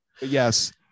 Yes